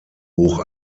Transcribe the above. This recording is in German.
hoch